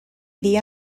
dia